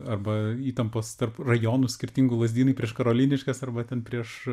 arba įtampos tarp rajonų skirtingų lazdynai prieš karoliniškes arba ten prieš